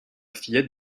fillette